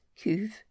cuve